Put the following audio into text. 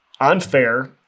unfair